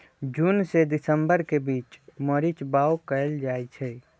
जून से दिसंबर के बीच मरीच बाओ कएल जाइछइ